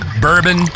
bourbon